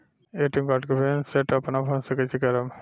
ATM card के PIN set अपना phone से कइसे करेम?